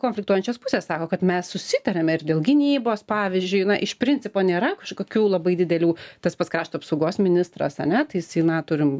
konfliktuojančios pusės sako kad mes susitariame ir dėl gynybos pavyzdžiui na iš principo nėra kažkokių labai didelių tas pats krašto apsaugos ministras ar ne tai jisai na turim